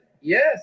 yes